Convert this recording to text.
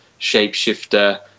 shapeshifter